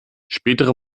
spätere